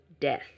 death